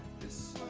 this